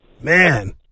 Man